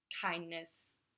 kindness